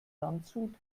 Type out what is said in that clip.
landshut